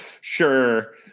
Sure